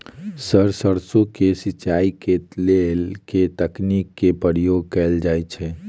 Sir सैरसो केँ सिचाई केँ लेल केँ तकनीक केँ प्रयोग कैल जाएँ छैय?